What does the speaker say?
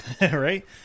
Right